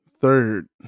Third